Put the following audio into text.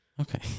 Okay